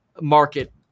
market